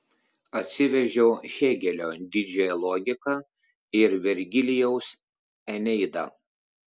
atsivežiau hėgelio didžiąją logiką ir vergilijaus eneidą